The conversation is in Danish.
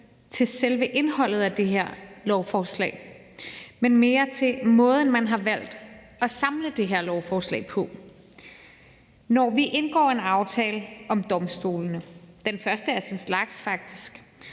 til selve indholdet af det her lovforslag, men mere til måden, man har valgt at samle det her lovforslag på. Når vi indgår en aftale om domstolene – faktisk den første af sin slags –